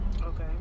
Okay